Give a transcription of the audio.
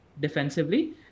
defensively